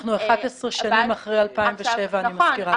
אנחנו 11 שנים אחרי 2007, אני מזכירה לך.